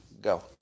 Go